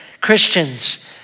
Christians